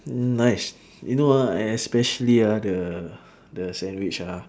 nice you know ah especially ah the the sandwich ah